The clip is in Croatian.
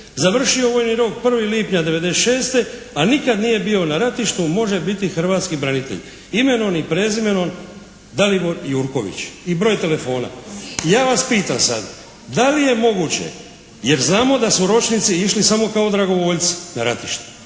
završio vojni rok 1. lipnja '96., a nikad nije bio na ratištu može biti hrvatski branitelj. Imenom i prezimenom Dalibor Jurković i broj telefona. Ja vas pitam sad, da li je moguće, jer znamo da su ročnici išli samo kao dragovoljci na ratište,